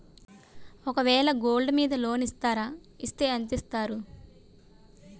ఒక వేల గోల్డ్ మీద లోన్ ఇస్తారా? ఇస్తే ఎంత ఇస్తారు?